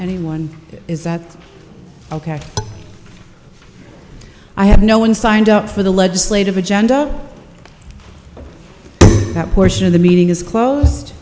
anyone is that i have no one signed up for the legislative agenda that portion of the meeting is closed